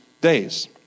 days